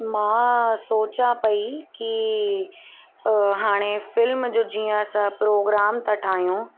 मां सोचियां पयी कि हाणे फ़िल्म जो जीअं असां प्रोग्राम था ठाहियूं